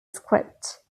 script